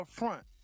front